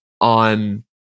on